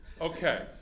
Okay